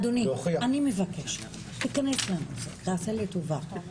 אדוני, אני מבקשת תכנס לנושא, תעשה לי טובה.